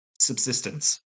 subsistence